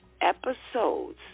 episodes